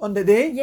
on that day